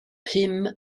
pum